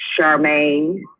Charmaine